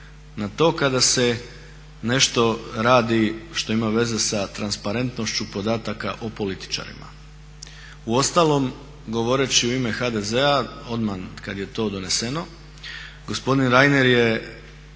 na to kada se nešto radi što ima veze sa transparentnošću podataka o političarima. U ostalom govoreći u ime HDZ-a odmah kad je to doneseno gospodin Reiner je